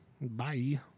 bye